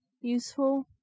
useful